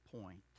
point